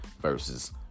versus